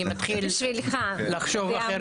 אני מתחיל לחשוב אחרת.